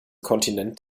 kontinent